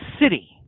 City